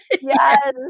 Yes